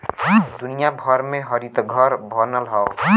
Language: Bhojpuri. दुनिया भर में हरितघर बनल हौ